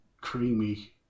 creamy